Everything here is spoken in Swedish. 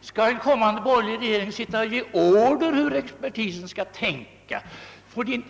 Skall en kommande borgerlig regering sitta och ge order om hur expertisen skall tänka?